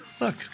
Look